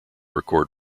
record